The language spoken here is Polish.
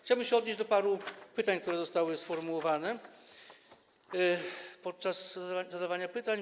Chciałbym się odnieść do paru kwestii, które zostały sformułowane podczas zadawania pytań.